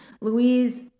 Louise